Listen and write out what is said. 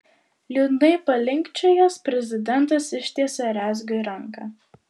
liūdnai palinkčiojęs prezidentas ištiesė rezgiui ranką